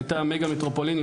הייתה מגה מטרופולין,